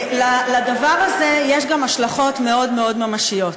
לדבר הזה יש גם השלכות מאוד מאוד ממשיות,